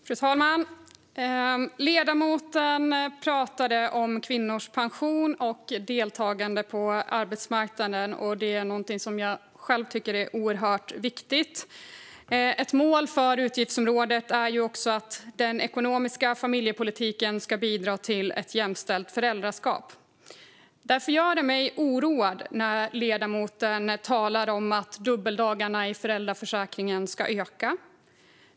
Fru talman! Ledamoten pratade om kvinnors pension och deltagande på arbetsmarknaden. Det är någonting som jag själv tycker är oerhört viktigt. Ett mål för utgiftsområdet är också att den ekonomiska familjepolitiken ska bidra till ett jämställt föräldraskap. Därför gör det mig oroad när ledamoten talar om att dubbeldagarna i föräldraförsäkringen ska öka.